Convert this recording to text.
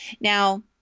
Now